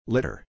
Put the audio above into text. Litter